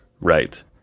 Right